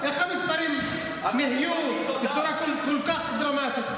איך המספרים נהיו בצורה כל כך דרמטית?